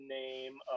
name